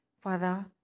Father